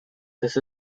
this